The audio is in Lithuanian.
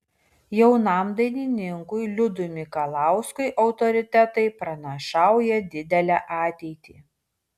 jaunam dainininkui liudui mikalauskui autoritetai pranašauja didelę ateitį